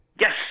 Yes